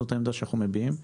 זאת העמדה שאנחנו מביעים.